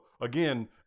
again